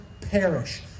perish